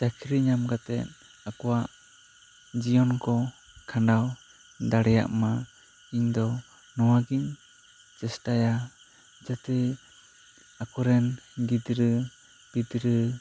ᱪᱟᱹᱠᱨᱤ ᱧᱟᱢ ᱠᱟᱛᱮᱜ ᱟᱠᱚᱣᱟᱜ ᱡᱤᱭᱚᱱ ᱠᱚ ᱠᱷᱟᱱᱰᱟᱣ ᱫᱟᱲᱮᱭᱟᱜ ᱢᱟ ᱤᱧ ᱫᱚ ᱱᱚᱣᱟ ᱜᱤᱧ ᱪᱮᱥᱴᱟᱭᱟ ᱡᱟᱛᱮ ᱚᱠᱚᱨᱮᱱ ᱜᱤᱫᱽᱨᱟᱹ ᱯᱤᱫᱽᱨᱟᱹ